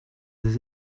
des